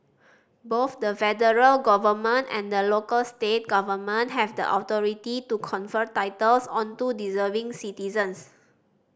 both the federal government and the local state government have the authority to confer titles onto deserving citizens